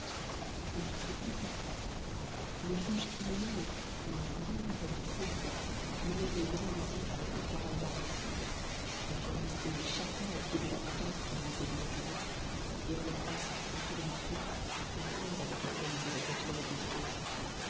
lorsque tout fut prêt le juge criminel et un grand nombre d'huissiers du palais amenèrent le grand vizir avec les quarante barmécides les firent disposer chacun au pied de la potence qui lui était destinée et on leur passa autour du cou la corde avec laquelle ils devaient être levés en l'air